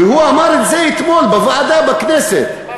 הוא אמר את זה אתמול בוועדה בכנסת.